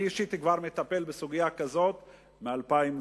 אני אישית כבר מטפל בסוגיה כזאת מ-2005,